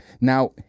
now